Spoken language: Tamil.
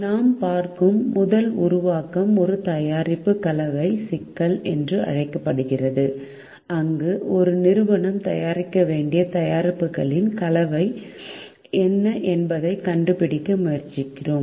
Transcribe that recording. நாம் பார்க்கும் முதல் உருவாக்கம் ஒரு தயாரிப்பு கலவை சிக்கல் என்று அழைக்கப்படுகிறது அங்கு ஒரு நிறுவனம் தயாரிக்க வேண்டிய தயாரிப்புகளின் கலவை என்ன என்பதைக் கண்டுபிடிக்க முயற்சிக்கிறோம்